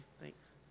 thanks